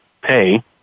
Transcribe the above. pay